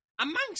Amongst